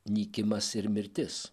nykimas ir mirtis